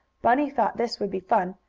bunny thought this would be fun,